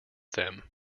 them